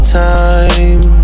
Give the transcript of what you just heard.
time